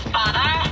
father